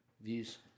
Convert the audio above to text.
views